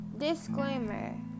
disclaimer